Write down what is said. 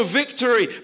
victory